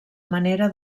manera